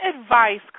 advice